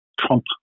trump